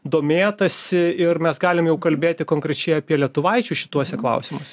domėtasi ir mes galim jau kalbėti konkrečiai apie lietuvaičius šituose klausimuse